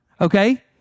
okay